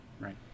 Right